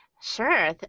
sure